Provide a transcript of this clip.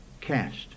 Cast